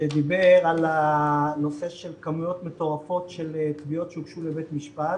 שדיבר על הנושא של כמויות מטורפות של תביעות שהוגשו לבית משפט.